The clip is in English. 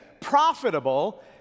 profitable